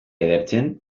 edertzen